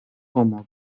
como